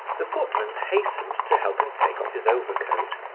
the footman hastened to help him take off his overcoat.